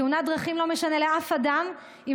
בתאונת דרכים לא משנה לאף אדם אם